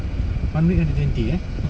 one week hundred twenty ya